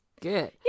Good